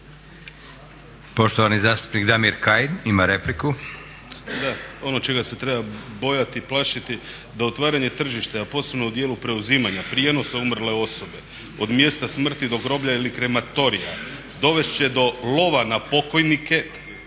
Poštovani zastupnik Damir Kajin ima repliku. **Kajin, Damir (ID - DI)** Ono čega se treba bojati, plašiti, da otvaranje tržišta, a posebno u dijelu preuzimanja prijenosa umrle osobe od mjesta smrti do groblja ili krematorija dovest će dolova na pokojnike,